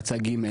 האצה ג'